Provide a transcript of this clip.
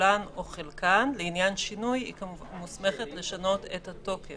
כולן או חלקן לעניין שינוי היא מוסמכת לשנות את התוקף.